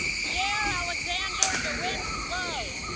pierre-alexander dewindt low